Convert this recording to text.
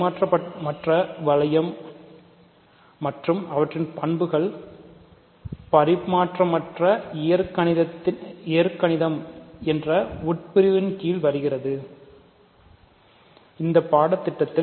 பரிமாற்றமற்ற வளையங்கள் மட்டுமே கருத்தில் கொள்வோம்